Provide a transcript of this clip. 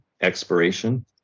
expiration